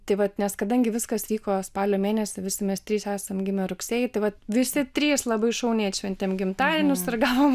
tai vat nes kadangi viskas vyko spalio mėnesį visi mes trys esam gimę rugsėjį taip pat visi trys labai šauniai atšventėm gimtadienius ir gavom